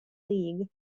league